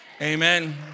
Amen